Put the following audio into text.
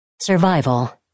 Survival